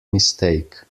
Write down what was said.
mistake